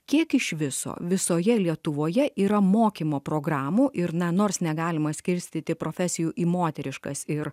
kiek iš viso visoje lietuvoje yra mokymo programų ir na nors negalima skirstyti profesijų į moteriškas ir